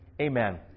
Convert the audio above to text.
Amen